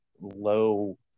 low